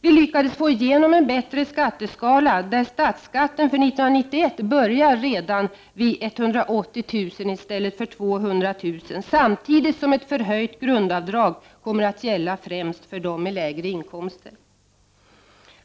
Vi lyckades få igenom en bättre skatteskala, där statsskatten för 1991 börjar redan vid 180 000 kr. i stället för 200 000 kr. samtidigt som ett förhöjt grundavdrag kommer att gälla främst för dem med lägre inkomster.